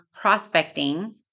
prospecting